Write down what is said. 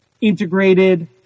integrated